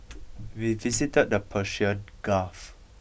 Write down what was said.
we visited the Persian Gulf